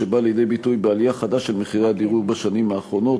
שבא לידי ביטוי בעלייה חדה של מחירי הדיור בשנים האחרונות.